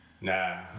Nah